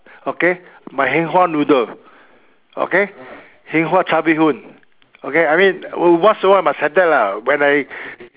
okay my heng hua noodle okay heng hua char-bee-hoon okay I mean once in awhile must have that lah when I